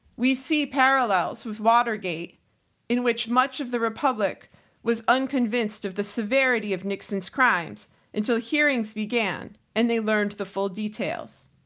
we see parallels with watergate in which much of the republic was unconvinced of the severity of nixon's crimes until hearings began and they learned the full details.